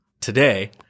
Today